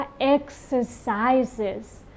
exercises